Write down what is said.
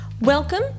Welcome